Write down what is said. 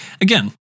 again